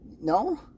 No